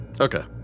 Okay